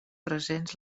presents